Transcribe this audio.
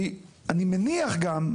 כי אני מניח גם,